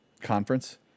conference